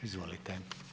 Izvolite.